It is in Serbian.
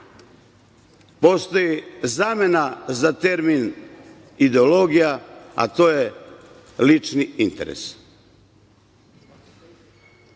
Postoji zamena za termin „ideologija“, a to je „lični interes“.Ako